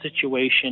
situation